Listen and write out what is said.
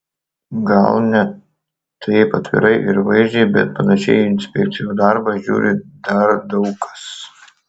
gal ne taip atvirai ir vaizdžiai bet panašiai į inspekcijų darbą žiūri dar daug kas